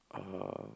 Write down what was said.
uh